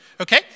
Okay